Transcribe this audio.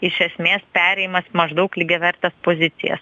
iš esmės perėjimas maždaug lygiavertes pozicijas